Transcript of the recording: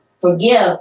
forgive